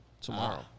Tomorrow